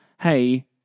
Hey